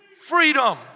freedom